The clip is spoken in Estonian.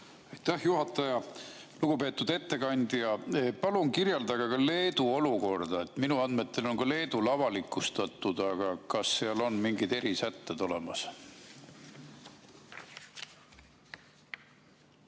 Aitäh, juhataja! Lugupeetud ettekandja! Palun kirjeldage Leedu olukorda. Minu andmetel on ka Leedul see avalikustatud, aga kas seal on mingid erisätted olemas?